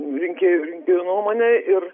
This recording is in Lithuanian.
rinkėjų rinkėjų nuomonę ir